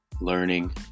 learning